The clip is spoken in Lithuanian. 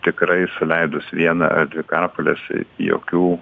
tikrai suleidus vieną ar dvi kapules jokių